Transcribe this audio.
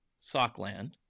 Sockland